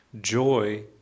Joy